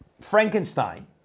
Frankenstein